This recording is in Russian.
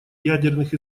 ядерных